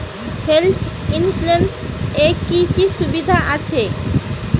Health insurance এ কি কি সুবিধা আছে?